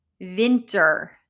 Winter